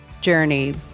journey